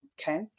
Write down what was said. Okay